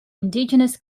indigenous